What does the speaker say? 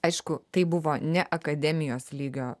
aišku tai buvo ne akademijos lygio